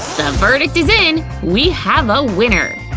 verdict is in. we have a winner!